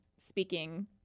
speaking